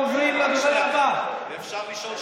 במסגרת הבוקר אחד ימני, בוקר אחד שמאלני.